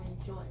enjoy